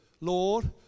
Lord